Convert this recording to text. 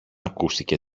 ακούστηκε